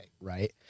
right